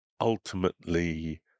ultimately